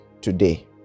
today